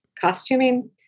costuming